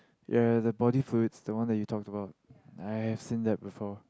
ya ya the body fluids the one that you talked about I have seen that before